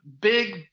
big